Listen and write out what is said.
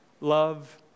Love